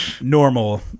normal